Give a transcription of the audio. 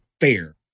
fair